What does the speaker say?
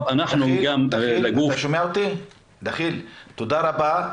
תודה רבה,